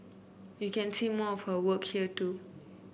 you can see more of her work here too